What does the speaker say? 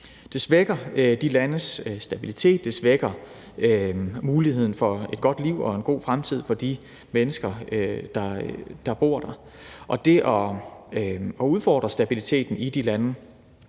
Det svækker de landes stabilitet; det svækker muligheden for et godt liv og en god fremtid for de mennesker, der bor i de lande, og det udfordrer stabiliteten i de lande.